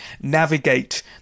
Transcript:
navigate